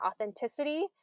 authenticity